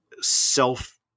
self